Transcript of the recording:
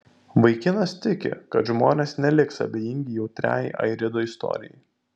vaikinas tiki kad žmonės neliks abejingi jautriai airido istorijai